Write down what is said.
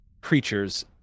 creatures